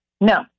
No